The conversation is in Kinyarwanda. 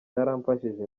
byaramfashije